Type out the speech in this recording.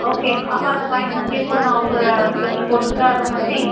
okay அப்போ அந்த buy one get one offer இருக்கிறதைப் போட்டுகிடுட்டா டோமெக்ஸி